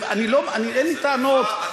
אבל עדיין הסכימו להשאיר אותך.